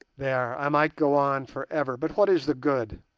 there, i might go on for ever, but what is the good?